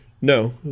No